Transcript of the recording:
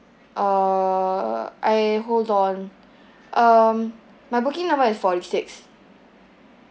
uh I hold on um my booking number is forty six